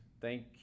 Thank